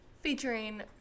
featuring